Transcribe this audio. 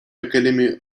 academy